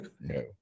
no